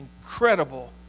Incredible